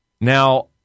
Now